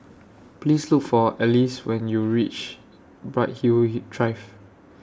Please Look For Alyce when YOU REACH Bright Hill He Drive